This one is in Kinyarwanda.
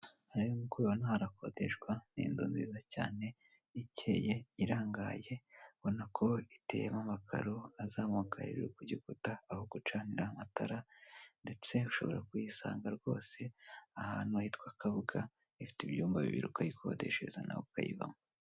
Aha rero nk'uko ubibona harakodeshwa n'inzu nziza cyane ikeye irangaye, ubona ko iteyemo amakaro azamuka hejuru kugikuta, aho gucanira amatara ndetse ushobora kuyisanga rwose ahantu hitwa Kabuga ifite ibyumba bibiri ukayikodeshereza nawe ukayibamo.